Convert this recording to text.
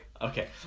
Okay